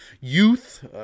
Youth